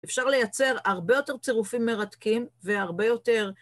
אפשר לייצר הרבה יותר צירופים מרתקים, והרבה יותר...